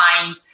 find